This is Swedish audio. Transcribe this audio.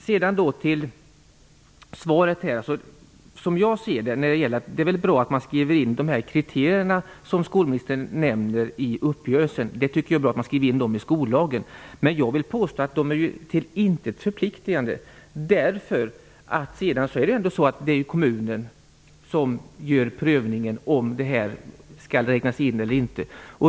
Sedan skall jag gå över till svaret. Det är bra att de kriterier som skolministern nämner skrivs in i skollagen. Men jag vill påstå att det till intet är förpliktigande. Sedan är det ändå kommunen som prövar om det här skall räknas in eller inte.